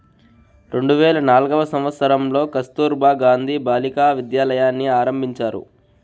రెండు వేల నాల్గవ సంవచ్చరంలో కస్తుర్బా గాంధీ బాలికా విద్యాలయని ఆరంభించారు